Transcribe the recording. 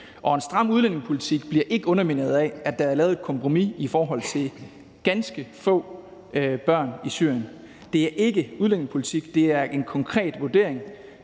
Og en stram udlændingepolitik bliver ikke undermineret af, at der er lavet et kompromis i forhold til ganske få børn i Syrien. Det er ikke udlændingepolitik. Det er en konkret vurdering.